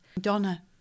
Donna